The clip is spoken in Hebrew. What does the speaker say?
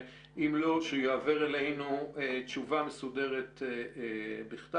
אם לא, שתעבור אלינו תשובה מסודרת בכתב.